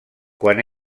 quan